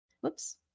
whoops